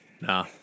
Nah